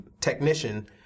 technician